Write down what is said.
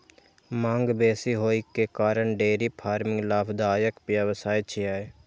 मांग बेसी होइ के कारण डेयरी फार्मिंग लाभदायक व्यवसाय छियै